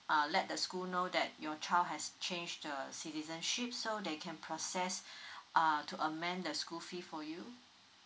uh let the school know that your child has change the citizenship so they can process uh to amend the school fee for you